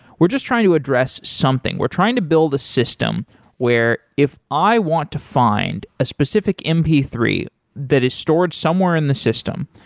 we're just trying to address something. we're trying to build a system where if i want to find a specific m p three that is stores somewhere in the system,